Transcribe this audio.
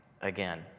again